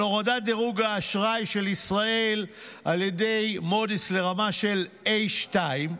על הורדת דירוג האשראי של ישראל על ידי מודי'ס לרמה של 2A,